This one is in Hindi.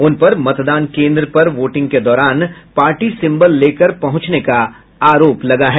उन पर मतदान केन्द्र पर वोटिंग के दौरान पार्टी सिम्बल लेकर पहुंचने का आरोप है